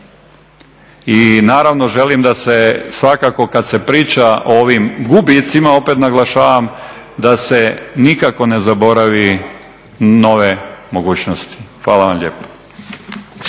I naravno želim da se svakako kad se priča o ovim gubitcima, opet naglašavam, da se nikako ne zaboravi nove mogućnosti. Hvala vam lijepo.